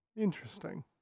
Interesting